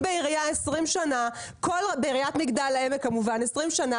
אני הייתי יועצת משפטית בעיריית מגדל העמק 20 שנים.